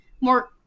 more